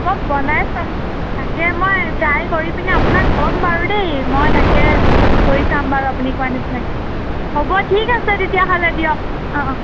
মই বনাই চাম তাকে মই ট্ৰাই কৰি পিনে আপোনাক ক'ম বাৰু দেই মই তাকে কৰি চাম বাৰু আপুনি কোৱা নিচিনাকৈ হ'ব ঠিক আছে তেতিয়াহ'লে দিয়ক অঁ অঁ